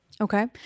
Okay